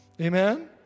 Amen